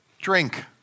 drink